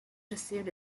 received